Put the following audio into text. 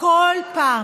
כל פעם,